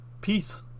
peace